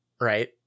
right